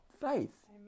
faith